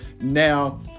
Now